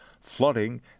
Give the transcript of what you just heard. flooding